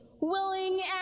willing